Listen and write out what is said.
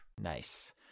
Nice